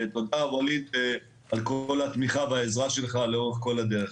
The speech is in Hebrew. ותודה ווליד על כל התמיכה והעזרה שלך לאורך כל הדרך.